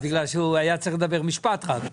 בגלל שהוא היה צריך לדבר משפט רק.